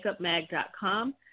makeupmag.com